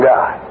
God